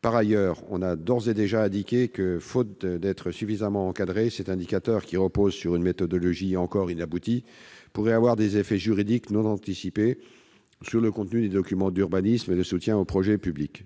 Par ailleurs, je répète que, faute d'être suffisamment encadré, cet indicateur reposant sur une méthodologie encore inaboutie pourrait avoir des effets juridiques non anticipés sur le contenu des documents d'urbanisme et le soutien aux projets publics.